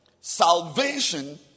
salvation